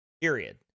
period